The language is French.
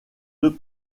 deux